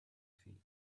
feet